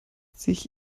sich